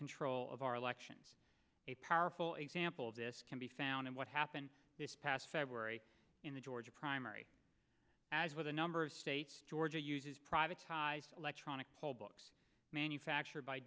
control of our elections a powerful example of this can be found in what happened this past february in the georgia primary as with a number of states georgia uses privatized electronic poll books manufactured by